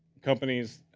companies.